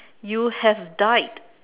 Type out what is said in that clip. you have died